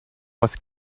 was